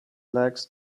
legs